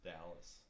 Dallas